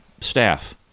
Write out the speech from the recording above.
staff